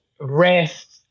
rest